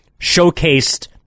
showcased